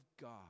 God